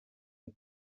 and